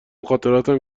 خاطراتم